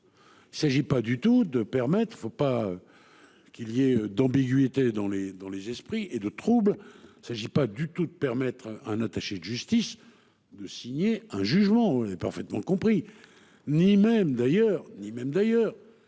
équipe. S'agit pas du tout, de permettre, il ne faut pas. Qu'il y ait d'ambiguïté dans les dans les esprits et de troubles s'agit pas du tout, de permettre un attaché de justice, de signer un jugement parfaitement compris, ni même d'ailleurs ni même d'ailleurs